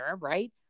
right